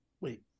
wait